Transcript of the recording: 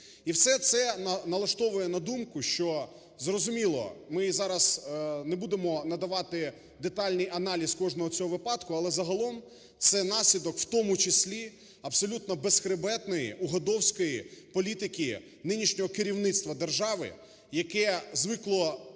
І все це налаштовує на думку, що зрозуміло, ми зараз не будемо надавати детальний аналіз кожного цього випадку, але загалом це наслідок в тому числі абсолютно безхребетної, угодовської політики нинішнього керівництва держави, яке звикло